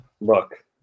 Look